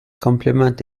complement